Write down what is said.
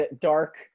dark